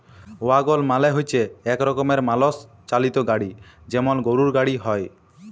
ওয়াগল মালে হচ্যে এক রকমের মালষ চালিত গাড়ি যেমল গরুর গাড়ি হ্যয়